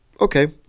Okay